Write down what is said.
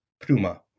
pruma